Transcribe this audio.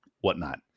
whatnot